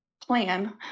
plan